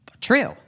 true